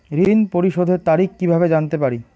ঋণ পরিশোধের তারিখ কিভাবে জানতে পারি?